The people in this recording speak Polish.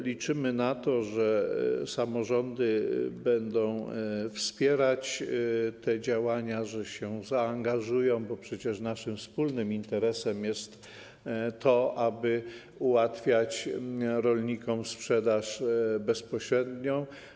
Liczymy na to, że samorządy będą wspierać te działania, że się zaangażują, bo przecież naszym wspólnym interesem jest to, aby ułatwiać rolnikom sprzedaż bezpośrednią.